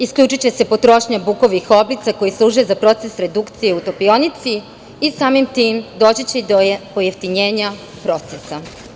Isključiće se potrošnja bukovih oblica koje služe za proces redukcije u topionici i samim tim doći će do pojeftinjenja procesa.